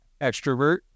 extrovert